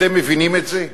אתם מבינים את זה?